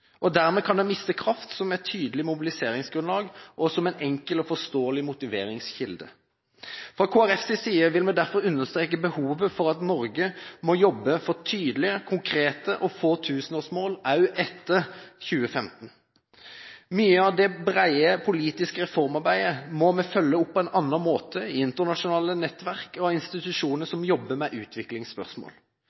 og diffus. Dermed kan den miste kraft som et tydelig mobiliseringsgrunnlag og som en enkel og forståelig motiveringskilde. Fra Kristelig Folkepartis side vil vi derfor understreke behovet for at Norge må jobbe for tydelige, konkrete og få tusenårsmål også etter 2015. Mye av det brede politiske reformarbeidet må vi følge opp på en annen måte i det internasjonale nettverket av institusjoner som jobber med utviklingsspørsmål.